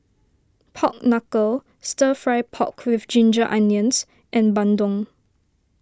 Pork Knuckle Stir Fry Pork with Ginger Onions and Bandung